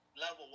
Level